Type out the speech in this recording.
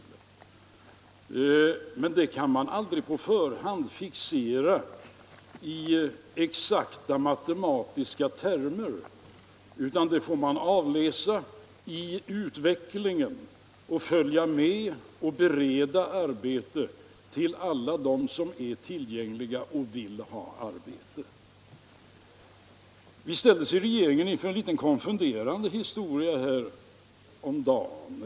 Hur många som måste beredas arbete kan man aldrig på förhand fixera i exakta matematiska termer. Man får följa utvecklingen och bereda arbete åt alla som är tillgängliga och vill ha arbete. Vi ställdes i regeringen häromdagen inför en litet konfunderande his toria.